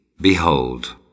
Behold